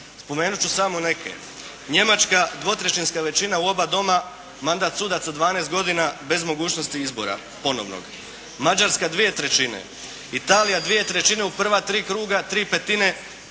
Spomenut ću samo neke. Njemačka dvotrećinska većina u oba doma mandat sudaca 12 godina bez mogućnosti izbora ponovnog, Mađarska dvije trećine, Italija dvije trećine u prva tri kruga, tri petine